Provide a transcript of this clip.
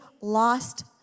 lost